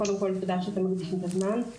קודם כול, תודה שאתם מקדישים את הזמן.